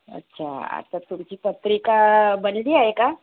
अच्छा आता तुमची पत्रिका बनली आहे का